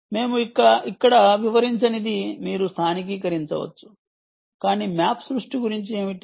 మేము ఇక్కడ వివరించనిది మీరు స్థానికీకరించవచ్చు కాని మ్యాప్ సృష్టి గురించి ఏమిటి